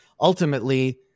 ultimately